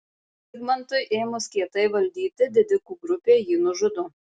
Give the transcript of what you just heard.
zigmantui ėmus kietai valdyti didikų grupė jį nužudo